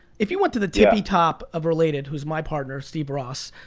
if you went to the tippy top of related, who's my partner steph ross.